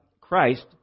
Christ